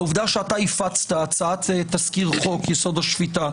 העובדה שאתה הפצת הצעת תזכיר חוק יסוד: השפיטה,